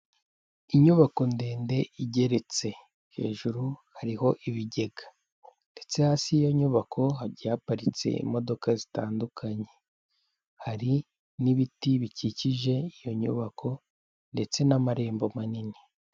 Inyubako ndende igeretse, hejuru hariho ibigega ndetse hasi y'iyo nyubako hagiye haparitse imodoka zitandukanye, hari n'ibiti bikikije iyo nyubako ndetse n'amarembo manini.